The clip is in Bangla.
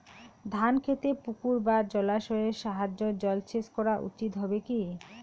ধান খেতে পুকুর বা জলাশয়ের সাহায্যে জলসেচ করা উচিৎ হবে কি?